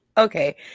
Okay